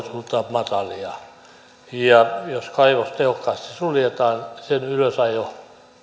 matalia jos kaivos tehokkaasti suljetaan sen ylösajo